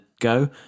go